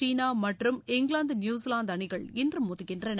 சீனா மற்றும் இங்கிவாந்து நியுசிவாந்து அணிகள் இன்று மோதுகின்றன